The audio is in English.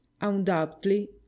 undoubtedly